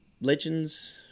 Legends